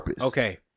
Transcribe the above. Okay